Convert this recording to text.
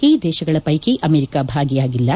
ಈ ದೇಶಗಳ ವೈಕಿ ಅಮೆರಿಕ ಭಾಗಿಯಾಗಿಲ್ಲ